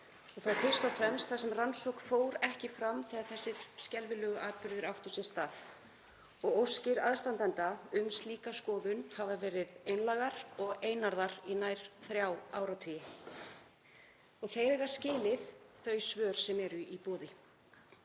það er fyrst og fremst þar sem rannsókn fór ekki fram þegar þessir skelfilegu atburðir áttu sér stað. Óskir aðstandenda um slíka skoðun hafa verið einlægar og einarðar í nær þrjá áratugi og þeir eiga skilið þau svör sem eru í boði.